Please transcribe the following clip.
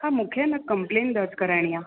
हा मूंखे न कंप्लेन दरिज कराइणी आहे